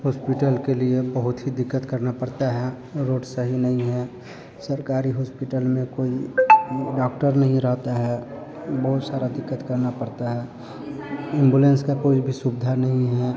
hospital के लिए बहुत ही दिक़्क़त करना पड़ता है रोड सही नहीं है सरकारी होस्पिटल में कोई डॉक्टर नहीं रहते हैं बहुत सारी दिक़्क़त करनी पड़ती है एम्बुलेंस की कोई भी सुविधा नहीं है